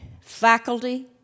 faculty